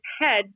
head